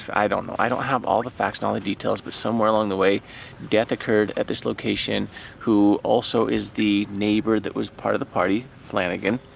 i don't know, i don't have all the facts and all the details but somewhere along the way death occurred at this location who also is the neighbor that was part of the party, flannagan,